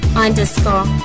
underscore